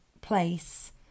place